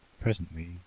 Presently